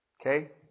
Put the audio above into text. Okay